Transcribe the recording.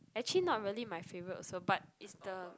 actually not really my favorite also but is the